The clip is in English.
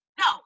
no